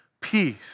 peace